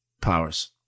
powers